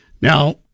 Now